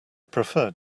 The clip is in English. preferred